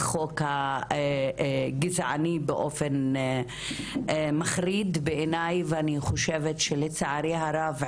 החוק הגזעני באופן מחריד בעיני ואני חושבת שלצערי הרב,